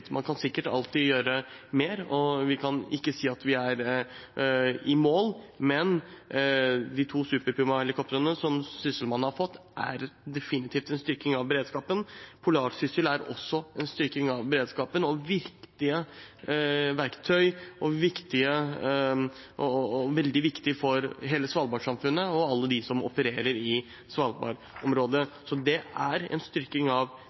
Man kan sikkert alltid gjøre mer, og vi kan ikke si at vi er i mål, men de to Super Puma-helikoptrene som sysselmannen har fått, er definitivt en styrking av beredskapen. «Polarsyssel» er også en styrking av beredskapen. Dette er viktige verktøy og veldig viktig for hele Svalbard-samfunnet og alle dem som opererer i Svalbard-området. Så det er en styrking av